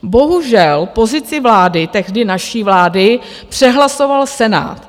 Bohužel pozici vlády, tehdy naší vlády, přehlasoval Senát.